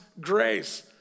grace